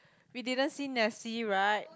we didn't see nessie right